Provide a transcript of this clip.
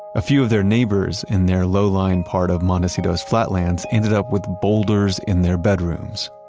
a few of their neighbors in their low-lying part of montecito's flatlands ended up with boulders in their bedrooms